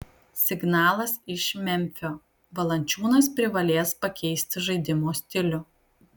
signalas iš memfio valančiūnas privalės pakeisti žaidimo stilių